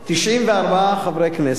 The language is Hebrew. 94 חברי כנסת.